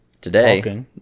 today